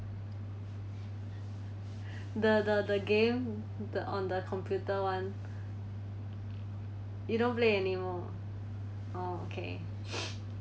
the the the game the on the computer one you don't play anymore oh okay